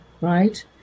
right